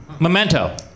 Memento